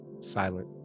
silent